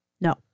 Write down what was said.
No